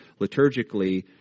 liturgically